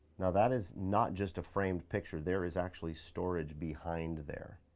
now that is not just a framed picture there is actually storage behind there.